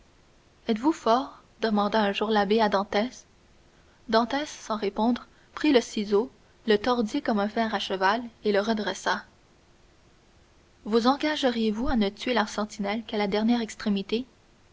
êtes-vous fort demanda un jour l'abbé à dantès dantès sans répondre prit le ciseau le tordit comme un fer à cheval et le redressa vous engageriez vous à ne tuer la sentinelle qu'à la dernière extrémité